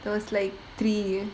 those like three year